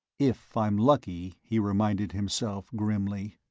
if i'm lucky, he reminded himself grimly.